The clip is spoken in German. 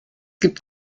gibt